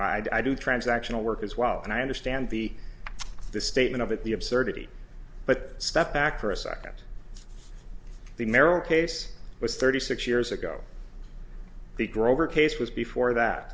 and i do transactional work as well and i understand the the statement of it the absurdity but step back for a second the merrill case was thirty six years ago the grover case was before that